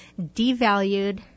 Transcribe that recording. devalued